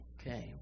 Okay